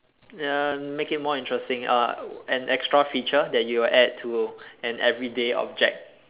uh make it more interesting uh an extra feature that you would add to an everyday object